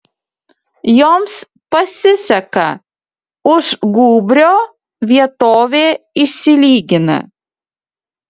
joms pasiseka už gūbrio vietovė išsilygina